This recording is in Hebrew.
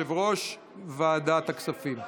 יושב-ראש ועדת הכספים.